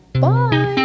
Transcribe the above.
bye